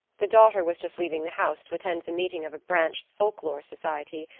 the daughter was just leaving the house to attend the meeting of a branch folk lore society,